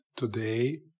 Today